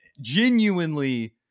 genuinely